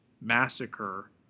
massacre